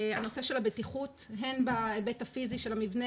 הנושא של הבטיחות הן בהיבט הפיזי של המבנה